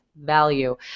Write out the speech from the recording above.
value